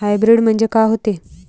Hybrid म्हनजे का होते?